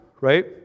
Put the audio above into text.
right